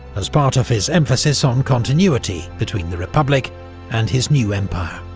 as part of his emphasis on continuity between the republic and his new empire.